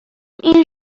این